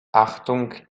achtung